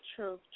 True